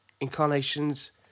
incarnations